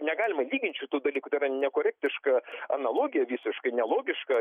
negalima lygint šitų dalykų tai yra nekorektiška analogija visiškai nelogiška